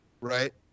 right